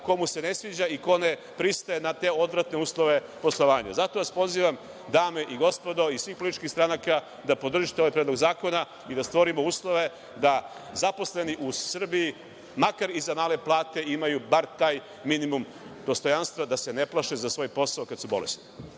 ko mu se ne sviđa i ko ne pristaje na te odvratne uslove poslovanja. Zato vas pozivam, dame i gospodo iz svih političkih stranaka, da podržite ovaj predlog zakona i da stvorimo uslove da zaposleni u Srbiji, makar i za male plate, imaju bar taj minimum dostojanstva, da se ne plaše za svoj posao kada su bolesni.